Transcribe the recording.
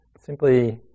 simply